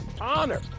honor